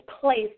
place